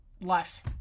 life